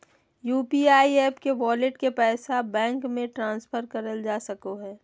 UPI app के wallet के पैसा बैंक मे ट्रांसफर करल जा सको हय